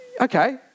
okay